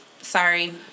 sorry